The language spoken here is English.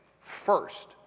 first